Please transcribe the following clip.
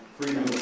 freedom